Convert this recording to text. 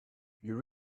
you